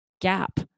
gap